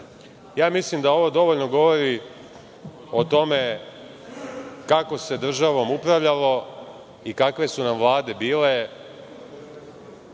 stranica. Mislim da ovo dovoljno govori o tome kako se državom upravljalo i kakve su nam Vlade bile